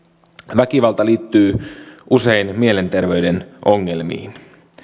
väkivalta liittyy usein mielenterveyden ongelmiin